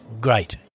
great